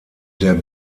der